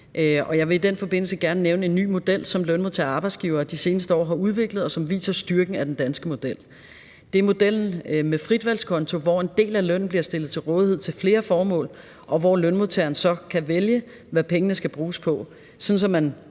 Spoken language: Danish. jeg vil i den forbindelse gerne nævne en ny model, som lønmodtagere og arbejdsgivere de seneste år har udviklet, og som viser styrken af den danske model. Det er modellen med en fritvalgskonto, hvor en del af lønnen bliver stillet til rådighed til flere formål, og hvor lønmodtageren så kan vælge, hvad pengene skal bruges på,